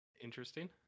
interesting